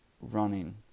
running